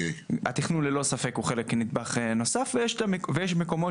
התכנון ללא ספק הוא נדבך נוסף ויש מקומות